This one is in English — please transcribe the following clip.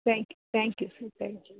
thank you thank you sir thank you